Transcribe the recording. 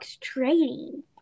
trading